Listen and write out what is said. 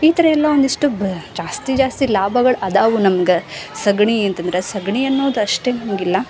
ಈ ಥರ ಎಲ್ಲ ಒಂದಿಷ್ಟು ಬ ಜಾಸ್ತಿ ಜಾಸ್ತಿ ಲಾಭಗಳು ಅದಾವು ನಮ್ಗೆ ಸಗಣಿ ಅಂತಂದ್ರೆ ಸಗಣಿ ಅನ್ನುದು ಅಷ್ಟೇನು ಇಲ್ಲ